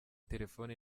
telefoni